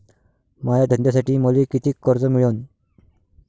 माया धंद्यासाठी मले कितीक कर्ज मिळनं?